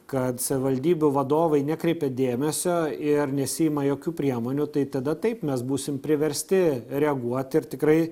kad savivaldybių vadovai nekreipia dėmesio ir nesiima jokių priemonių tai tada taip mes būsim priversti reaguot ir tikrai